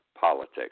politics